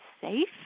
safe